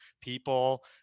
people